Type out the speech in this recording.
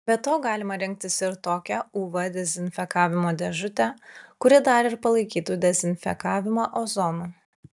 be to galima rinktis ir tokią uv dezinfekavimo dėžutę kuri dar ir palaikytų dezinfekavimą ozonu